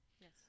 Yes